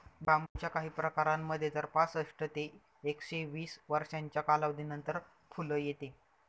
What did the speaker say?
बांबूच्या काही प्रकारांमध्ये तर पासष्ट ते एकशे वीस वर्षांच्या कालावधीनंतर फुल येते